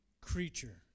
creature